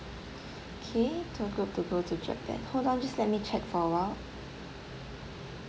K tour group to go to japan hold on just let me check for a while